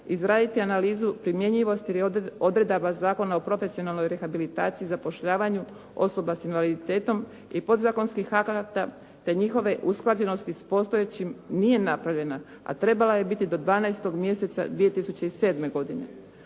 1.-izraditi analizu primjenjivosti ili odredaba Zakona o profesionalnoj rehabilitaciji i zapošljavanju osoba s invaliditetom i podzakonskih akata te njihove usklađenosti s postojećim nije napravljena, a trebala je biti do 12. mjeseca 2007. godine.